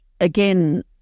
again